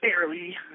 barely